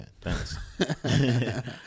thanks